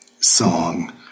song